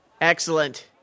Excellent